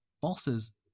Bosses